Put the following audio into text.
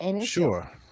sure